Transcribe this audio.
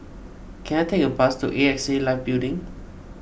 can I take a bus to A X A Life Building